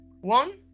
one